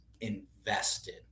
invested